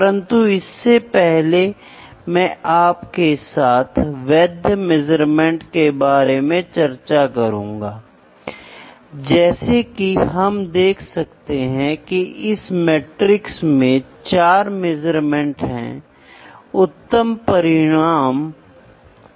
इसलिए इस व्याख्यान की सामग्री मैकेनिकल मेजरमेंट होने वाली है उसके बाद हम मेजरमेंट की जरूरत पर बात करेंगे उसके बाद मेजरमेंट का वर्गीकरण उसके बाद मेज़रमेंट के तरीके और अंततः मेजरमेंट के विभिन्न लेवल क्या होते हैं